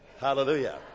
Hallelujah